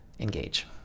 engage